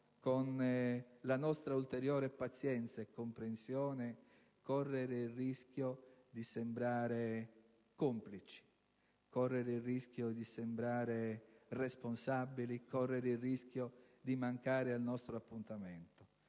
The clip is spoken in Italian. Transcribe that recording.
con la nostra ulteriore pazienza e comprensione, non intendiamo correre il rischio di sembrare complici, correre il rischio di sembrare responsabili, correre il rischio di mancare al nostro appuntamento.